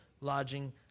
lodging